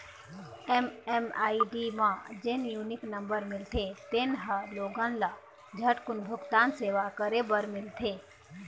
MMID म जेन unique number मिलथे तेन ह लोगन ल झटकून भूगतान सेवा करे बर मिलथे